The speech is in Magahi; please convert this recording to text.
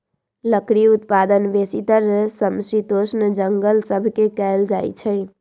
लकड़ी उत्पादन बेसीतर समशीतोष्ण जङगल सभ से कएल जाइ छइ